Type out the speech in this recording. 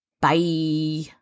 bye